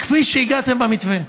כפי שהגעתם במתווה.